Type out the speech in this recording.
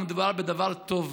מדובר בדבר טוב.